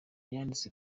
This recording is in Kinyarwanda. yanditse